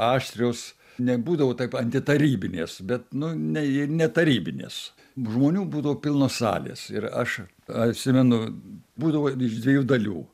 aštrios nebūdavo taip antitarybinės bet nu ne ne tarybinės žmonių būdavo pilnos salės ir aš atsimenu būdavo iš dviejų dalių